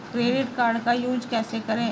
Credit card का use कैसे करें?